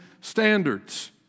standards